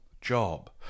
job